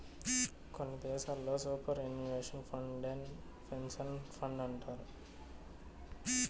కొన్ని దేశాల్లో superannuation ఫండేనే పెన్సన్ ఫండంటారు